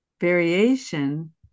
variation